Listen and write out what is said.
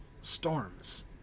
storms